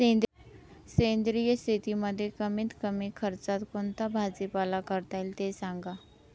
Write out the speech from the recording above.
सेंद्रिय शेतीमध्ये कमीत कमी खर्चात कोणता भाजीपाला करता येईल ते सांगा